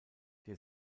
der